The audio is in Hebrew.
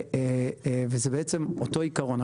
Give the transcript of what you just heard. זה בעצם אותו עיקרון.